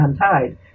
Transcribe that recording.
untied